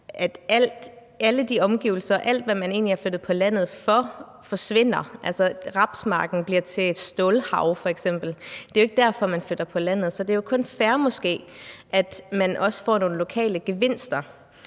alle de omgivelser og alt, hvad man egentlig er flyttet på landet for, forsvinder, altså f.eks. at rapsmarken bliver til et stålhav. Det er jo ikke derfor, man flytter på landet. Så det er måske kun fair, at man også får nogle lokale gevinster.